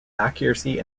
accuracy